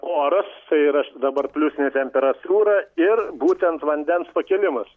oras tai yra dabar pliusinė temperatūra ir būtent vandens pakilimas